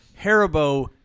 Haribo